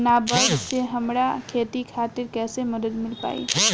नाबार्ड से हमरा खेती खातिर कैसे मदद मिल पायी?